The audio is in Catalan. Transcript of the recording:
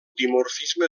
dimorfisme